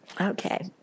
Okay